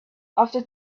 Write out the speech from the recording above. after